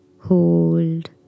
hold